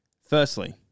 Firstly